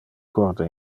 corde